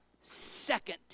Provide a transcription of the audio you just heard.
second